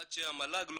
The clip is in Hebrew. עד שהמל"ג,